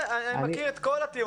אני מכיר את כל הטיעונים.